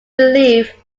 believe